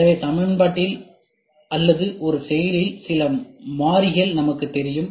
எனவே சமன்பாட்டில் அல்லது ஒரு செயல்பாட்டில் சில மாறிகள் நமக்குத் தெரியும்